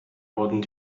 wurden